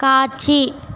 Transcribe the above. காட்சி